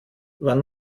wann